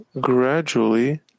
gradually